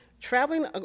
Traveling